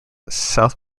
south